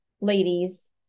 ladies